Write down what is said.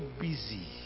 busy